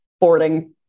boarding